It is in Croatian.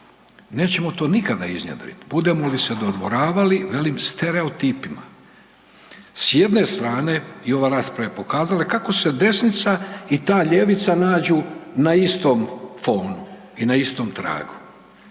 nećemo to nikada iznjedrit budemo bi se dodvoravali velim stereotipima. S jedne strane i ova rasprava je pokazala kako se desnica i ta ljevica nađu na istom fonu i na istom tragu.